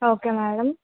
okay madam